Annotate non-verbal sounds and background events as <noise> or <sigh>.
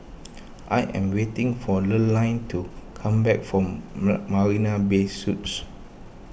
I am waiting for Lurline to come back from <unintelligible> Marina Bay Suites